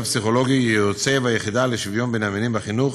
הפסיכולוגי-ייעוצי והיחידה לשוויון בין המינים בחינוך,